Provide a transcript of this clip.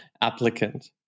applicant